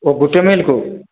ଓ ଗୋଟିଏ ମିଲ୍ କୁ